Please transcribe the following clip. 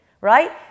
right